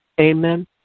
Amen